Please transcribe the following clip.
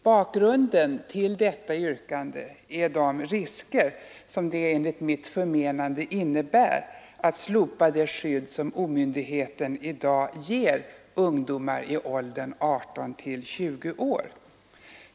Bakgrunden till detta yrkande är de risker som det enligt mitt förmenande inne bär att slopa det skydd som omyndigheten i dag ger ungdomar i åldern 18—20 år.